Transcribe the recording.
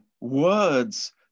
words